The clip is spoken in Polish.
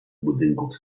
budynków